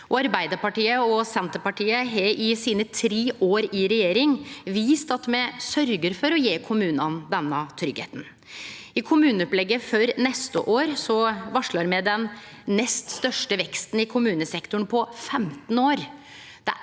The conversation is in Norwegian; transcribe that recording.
Arbeidarpartiet og Senterpartiet har i sine tre år i regjering vist at me sørgjer for å gje kommunane denne tryggleiken. I kommuneopplegget for neste år varslar me den nest største veksten i kommunesektoren på 15 år.